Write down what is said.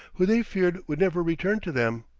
who they feared would never return to them.